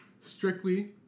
strictly